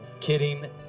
Kidding